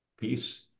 Peace